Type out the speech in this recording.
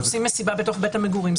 עושים מסיבה בתוך בית המגורים,